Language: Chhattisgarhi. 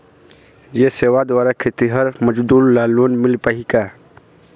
ये सेवा द्वारा खेतीहर मजदूर ला लोन मिल पाही का?